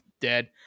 dead